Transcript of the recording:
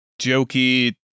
jokey